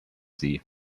sie